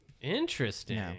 interesting